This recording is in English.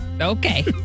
Okay